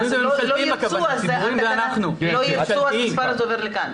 אז לא ירצו, המספר הזה עובר לכאן.